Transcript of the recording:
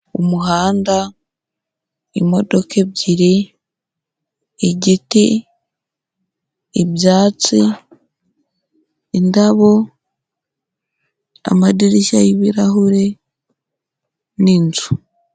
Umuhanda, imodoka ebyiri, igiti, ibyatsi, indabo, amadirishya y'ibirahure n'inzu.